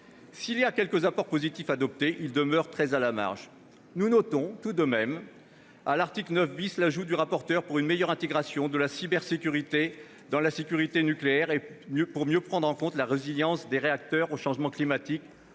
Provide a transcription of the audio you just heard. Si quelques apports positifs sont adoptés, ils demeurent très à la marge. Nous notons, tout de même, à l'article 9 , l'ajout du rapporteur en faveur d'une meilleure intégration de la cybersécurité dans la sécurité nucléaire et d'une meilleure prise en compte de la résilience des réacteurs au changement climatique,